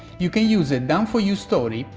you can use a done for you story,